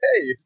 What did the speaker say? Hey